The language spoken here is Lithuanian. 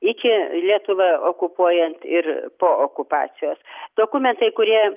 iki lietuvą okupuojant ir po okupacijos dokumentai kurie